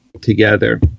together